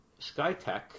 Skytech